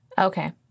Okay